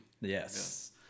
Yes